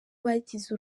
bagize